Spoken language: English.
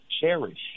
cherish